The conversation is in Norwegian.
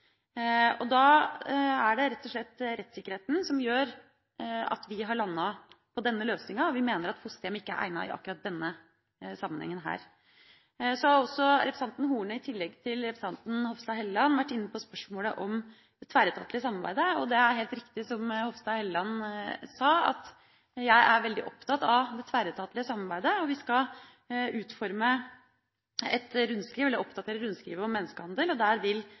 Da er det rett og slett rettssikkerheten som gjør at vi har landet på denne løsninga. Vi mener at fosterhjem ikke er egnet i akkurat denne sammenhengen. Så var også representanten Horne, i tillegg til representanten Hofstad Helleland, inne på spørsmålet om det tverretatlige samarbeidet. Det er helt riktig som Hofstad Helleland sa, at jeg er veldig opptatt av det tverretatlige samarbeidet. Vi skal oppdatere et rundskriv om menneskehandel, og der vil også spørsmålet om samarbeid mellom de berørte myndighetene tas opp. Det er